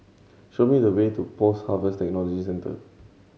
show me the way to Post Harvest Technology Centre